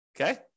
Okay